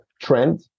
trend